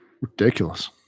Ridiculous